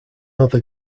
other